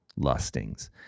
lustings